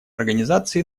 организации